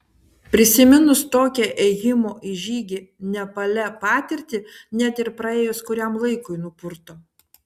prisiminus tokią ėjimo į žygį nepale patirtį net ir praėjus kuriam laikui nupurto